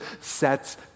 sets